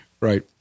right